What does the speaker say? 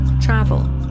travel